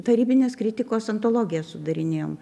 tarybinės kritikos antologiją sudarinėjom